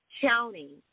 county